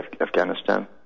Afghanistan